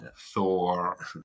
Thor